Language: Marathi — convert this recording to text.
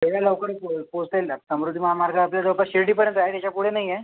एवढ्या लवकर पो पोहचेल ना समृद्धी महामार्ग आपल्या जवळपास शिर्डीपर्यंत आहे त्याच्यापुढे नाही आहे